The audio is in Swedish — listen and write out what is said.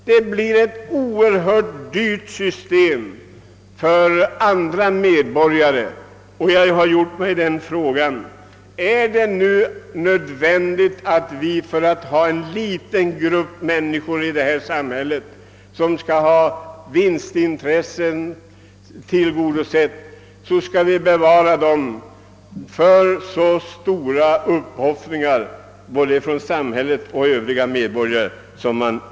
Det blir emellertid oerhört dyrt för medborgarna. Jag har därför ställt mig frågan: Är det nödvändigt att samhället för att tillgodose vinstintresset hos en liten grupp människor skall bespara denna grupp de stora uppoffringar samhället gör för den?